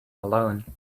alone